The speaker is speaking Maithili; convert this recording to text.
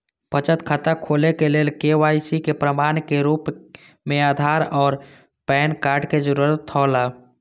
बचत खाता खोले के लेल के.वाइ.सी के प्रमाण के रूप में आधार और पैन कार्ड के जरूरत हौला